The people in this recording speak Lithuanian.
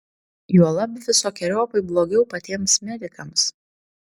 juolab visokeriopai blogiau patiems medikams